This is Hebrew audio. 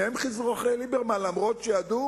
שניהם חיזרו אחרי ליברמן אף-על-פי שהם ידעו